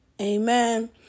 Amen